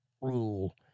rule